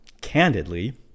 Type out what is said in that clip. candidly